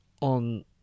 on